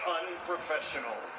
unprofessional